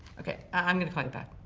okay, i'm going to call you back.